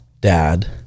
dad